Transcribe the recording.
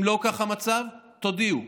אם לא כך המצב, תודיעו.